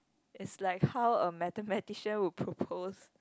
is like how a mathematician would propose